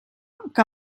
que